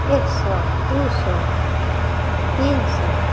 एक सओ दुइ सओ तीन सओ